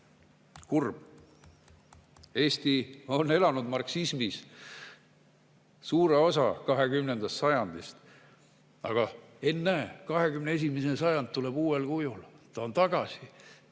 Kurb! Eesti on elanud marksismis suure osa 20. sajandist. Aga ennäe, 21. sajandil tuleb see uuel kujul. Ta on tagasi.